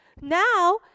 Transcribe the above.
Now